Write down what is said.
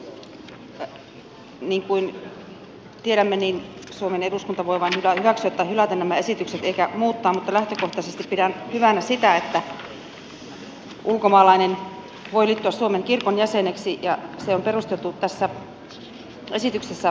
niin kuin tiedämme suomen eduskunta voi vain hyväksyä tai hylätä nämä esitykset eikä muuttaa mutta lähtökohtaisesti pidän hyvänä sitä että ulkomaalainen voi liittyä suomen kirkon jäseneksi ja se on perusteltu tässä esityksessä aivan hyvin